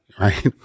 right